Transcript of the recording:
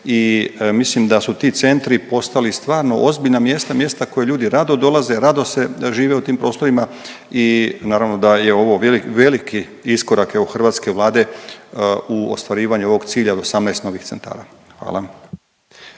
I mislim da su ti centri postali stvarno ozbiljna mjesta, mjesta na koja ljudi rado dolaze, rado da žive u tim prostorima i naravno da je ovo veliki iskorak evo hrvatske Vlade u ostvarivanju ovog cilja od 18 novih centara. Hvala.